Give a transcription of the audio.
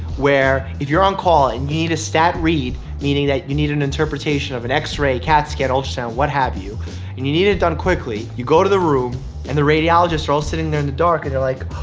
where, if you're on call and you need a stat read, meaning that you need an interpretation of an x-ray, cat scan, ultrasound, what have you and you need it done quickly, you go to the room and the radiologists are all sitting there in the dark and they're like